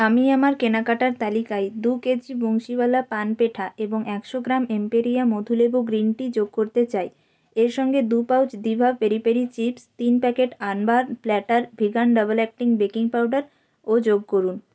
আমি আমার কেনাকাটার তালিকায় দু কেজি বংশীওয়ালা পান পেঠা এবং একশো গ্রাম এম্পেরিয়া মধু লেবু গ্রিন টি যোগ করতে চাই এর সঙ্গে দু pouch Diva peri peri chips তিন packet urban platter vegan double acting baking পাউডারও যোগ করুন